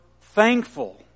thankful